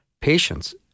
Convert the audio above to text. patience